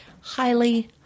Highly